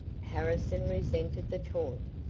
harrison resented the taunt.